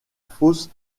fosse